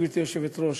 גברתי היושבת-ראש,